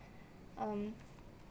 um